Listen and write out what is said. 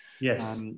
Yes